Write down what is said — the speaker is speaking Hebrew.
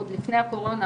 עוד לפני הקורונה.